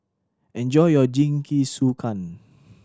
enjoy your Jingisukan